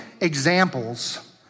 examples